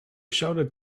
shouted